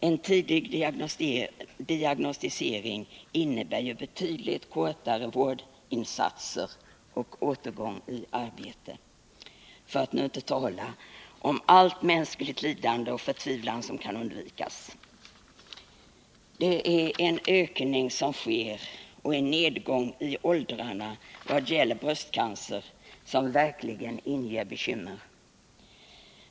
En tidig diagnostisering innebär ju betydligt kortare vårdinsatser och snabbare återgång till arbete — för att nu inte tala om allt mänskligt lidande och all mänsklig förtvivlan som kan undvikas. Den ökning av antalet fall av bröstcancer som sker och det förhållandet att kvinnor i allt lägre åldrar drabbas inger verkligen bekymmer.